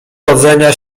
rodzenia